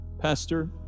Pastor